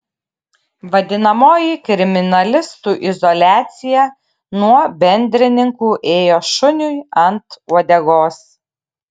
vadinamoji kriminalistų izoliacija nuo bendrininkų ėjo šuniui ant uodegos